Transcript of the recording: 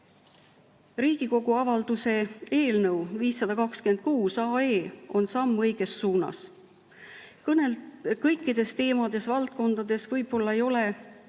Riigikogu avalduse eelnõu 526 on samm õiges suunas. Kõikides teemades ja valdkondades me võib-olla ei ole